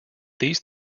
these